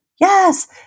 yes